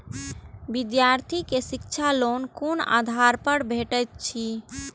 विधार्थी के शिक्षा लोन कोन आधार पर भेटेत अछि?